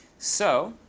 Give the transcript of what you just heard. so